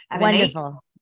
wonderful